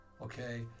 okay